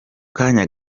kanya